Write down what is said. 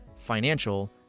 financial